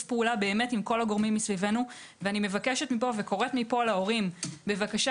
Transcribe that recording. פעולה עם כל הגורמים מסביבנו ואני מבקשת מפה להורים בבקשה